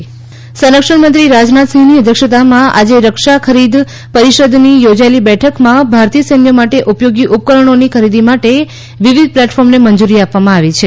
રક્ષા બેઠક સંરક્ષણ મંત્રી રાજનાથસિંહની અધ્યક્ષતામાં આજે રક્ષા ખરીદ પરિષદની યોજાયેલી બેઠકમાં ભારતીય સૈન્ય દળો માટે ઉપયોગી ઉપકરણોની ખરીદી માટે વિવિધ પ્લેટફોર્મને મંજૂરી આપવામાં આવી છે